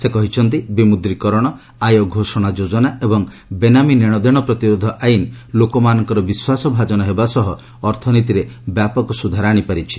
ସେ କହିଛନ୍ତି ବିମୁଦ୍ରୀକରଣ ଆୟ ଘୋଷଣା ଯୋଜନା ଏବଂ ବେନାମି ନେଣଦେଣ ପ୍ରତିରୋଧ ଆଇନ ଲୋକମାନଙ୍କର ବିଶ୍ୱାସଭାଜନ ହେବା ସହ ଅର୍ଥନୀତିରେ ବ୍ୟାପକ ସୁଧାର ଆଶିପାରିଛି